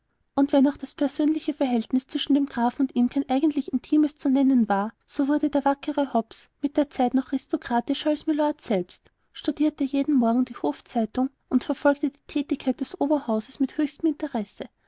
und wenn auch das persönliche verhältnis zwischen dem grafen und ihm kein eigentlich intimes zu nennen war so wurde der wackere hobbs mit der zeit doch ristokratischer als mylord selbst studierte jeden morgen die hofzeitung und verfolgte die thätigkeit des oberhauses mit höchstem interesse